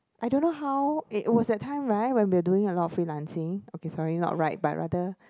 I don't know it was that time right when we were doing a lot of freelancing okay sorry not right but rather